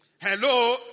Hello